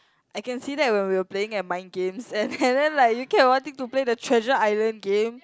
I can see that when we were playing at mind games and and then like you kept wanting to play the treasure island game